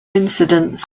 incidents